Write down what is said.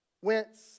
whence